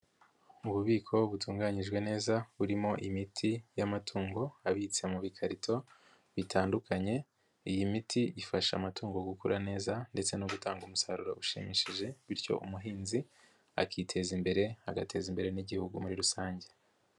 Ububiko butunganyijwe neza burimo imiti y'amatungo abitse mu bikarito bitandukanye, iyi miti ifasha amatungo gukura neza ndetse no gutanga umusaruro ushimishije, bityo umuhinzi akiteza imbere, agateza imbere n'Igihugu muri rusange.